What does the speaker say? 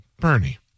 Bernie